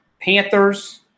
Panthers